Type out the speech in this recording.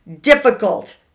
difficult